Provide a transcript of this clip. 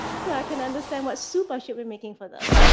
so i can understand what soup i should be making for them.